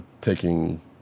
taking